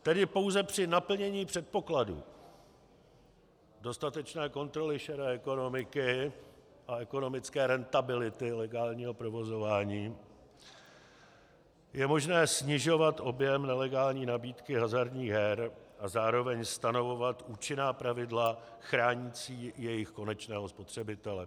Tedy pouze při naplnění předpokladů dostatečné kontroly šedé ekonomiky a ekonomické rentability legálního provozování je možné snižovat objem nelegální nabídky hazardních her a zároveň stanovovat účinná pravidla chránící jejich konečného spotřebitele.